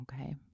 okay